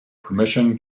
permission